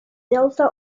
delta